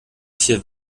vier